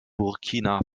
burkina